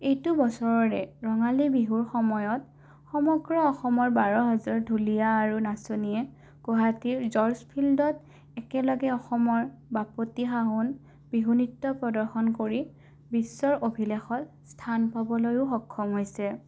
এইটো বছৰৰে ৰঙালী বিহুৰ সময়ত সমগ্ৰ অসমৰ বাৰ হেজাৰ ঢুলীয়া আৰু নাচনীয়ে গুৱাহাটীৰ জৰ্জ ফিল্ডত একেলগে অসমৰ বাপতি সাহোন বিহু নৃত্য প্ৰদৰ্শন কৰি বিশ্বৰ অভিলেখত স্থান পাবলৈয়ো সক্ষম হৈছে